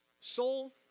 soul